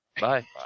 Bye